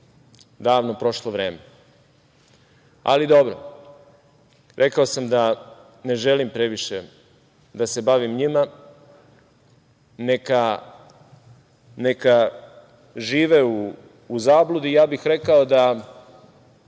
davno prošlo vreme. Ali, dobro, rekao sam da ne želim previše da se bavim njima, neka žive u zabludi. Ja bih rekao, kada